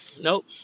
Nope